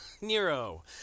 Nero